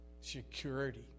security